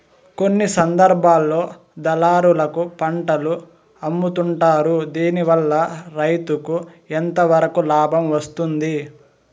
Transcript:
కొన్ని సందర్భాల్లో దళారులకు పంటలు అమ్ముతుంటారు దీనివల్ల రైతుకు ఎంతవరకు లాభం వస్తుంది?